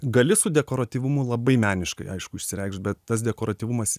gali su dekoratyvumu labai meniškai aišku išsireikšt bet tas dekoratyvumas